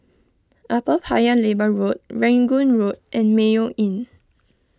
Upper Paya Lebar Road Rangoon Road and Mayo Inn